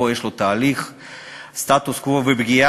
אבל הפגיעה